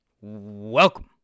Welcome